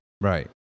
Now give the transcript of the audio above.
right